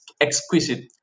exquisite